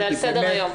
זה על סדר היום.